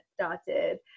started